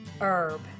herb